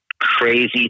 crazy